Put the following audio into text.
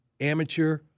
amateur